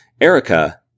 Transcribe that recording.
Erica